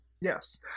Yes